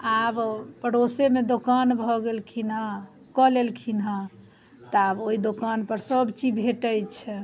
आब पड़ोसेमे दोकान भऽ गेलखिन हँ कऽ लेलखिन हँ तऽ आब ओइ दोकानपर सबचीज भेटै छै